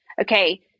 Okay